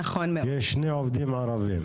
יש שני עובדים ערבים.